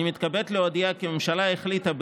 אני מתכבד להודיע כי הממשלה החליטה,